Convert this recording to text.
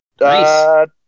Nice